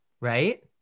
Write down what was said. Right